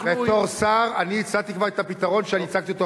בתור שר אני כבר הצעתי את הפתרון שהצגתי אותו,